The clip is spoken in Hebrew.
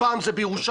פעם זה בירושלים,